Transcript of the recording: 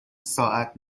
ساعت